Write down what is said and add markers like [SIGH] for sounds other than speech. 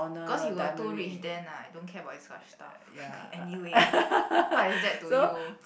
cause you were too rich then ah don't care about this kind of stuff [BREATH] anyway what is that to you